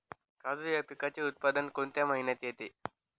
काजू या पिकाचे उत्पादन कोणत्या महिन्यात येते?